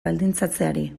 baldintzatzeari